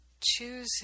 choosing